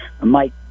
Mike